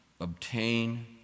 obtain